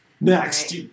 Next